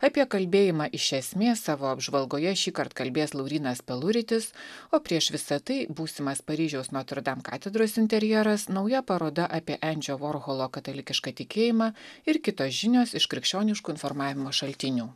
apie kalbėjimą iš esmės savo apžvalgoje šįkart kalbės laurynas peluritis o prieš visa tai būsimas paryžiaus notrdam katedros interjeras nauja paroda apie endžio vorholo katalikišką tikėjimą ir kitos žinios iš krikščioniškų informavimo šaltinių